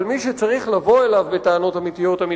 אבל מי שצריך לבוא בטענות אמיתיות עליו,